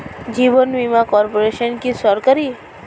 জীবন বীমা কর্পোরেশন কি সরকারি?